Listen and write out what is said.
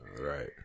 right